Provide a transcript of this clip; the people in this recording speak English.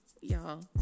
y'all